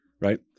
right